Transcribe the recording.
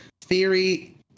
theory